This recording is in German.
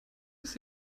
bis